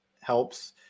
helps